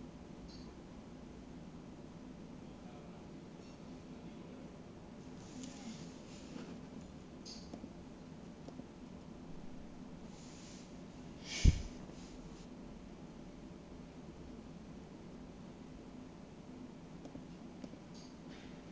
mm